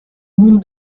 monde